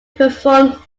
performed